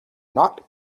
not